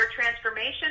transformation